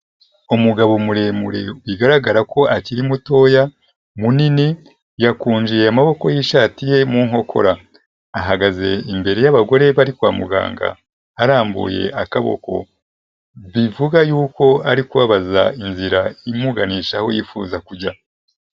Umugabo muremure bigaragara ko akiri mutoya munini, yakunje amaboko y'ishati ye mu nkokora. Ahagaze imbere y'abagore bari kwa muganga arambuye akaboko. Bivuga yuko ari kubabaza inzira imuganisha aho yifuza kujya.